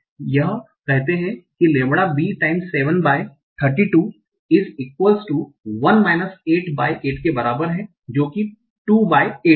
यह कहते हैं कि लैम्ब्डा बी टाइम 7 बाय 32 इस इक्वल टु 1 माइनस 6 बाय 8 के बराबर है जो कि 2 बाय 8 है